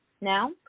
Now